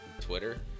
Twitter